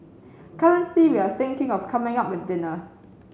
currently we are thinking of coming up with dinner